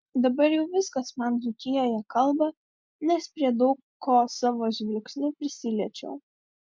dabar jau viskas man dzūkijoje kalba nes prie daug ko savo žvilgsniu prisiliečiau